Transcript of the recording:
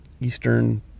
eastern